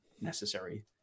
necessary